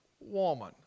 woman